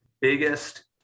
biggest